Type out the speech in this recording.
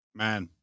man